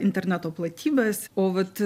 interneto platybes o vat